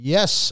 Yes